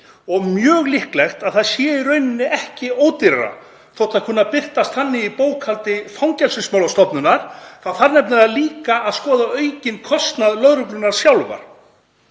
og mjög líklegt að það sé í raun ekki ódýrara þótt það kunni að birtast þannig í bókhaldi Fangelsismálastofnunar. Það þarf nefnilega líka að skoða aukinn kostnað lögreglunnar sjálfrar.